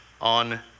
on